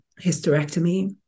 hysterectomy